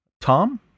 Tom